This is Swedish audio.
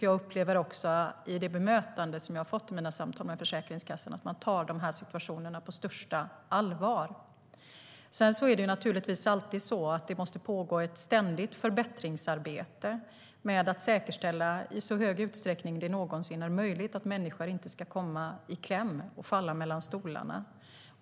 Jag har också i mina samtal med Försäkringskassan upplevt att man tar de här situationerna på största allvar. Naturligtvis måste det pågå ett ständigt förbättringsarbete för att i så stor utsträckning det någonsin är möjligt säkerställa att människor inte kommer i kläm eller faller mellan stolarna.